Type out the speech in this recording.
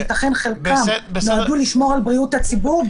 שייתכן שחלקם נועדו לשמור על בריאות הציבור,